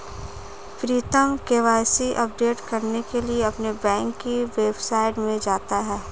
प्रीतम KYC update करने के लिए अपने बैंक की वेबसाइट में जाता है